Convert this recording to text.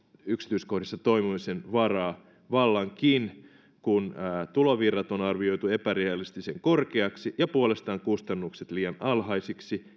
yksityiskohdissa toivomisen varaa vallankin kun tulovirrat on arvioitu epärealistisen korkeiksi ja kustannukset puolestaan liian alhaisiksi